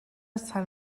sant